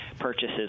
purchases